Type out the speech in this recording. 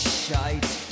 shite